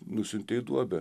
nusiuntė į duobę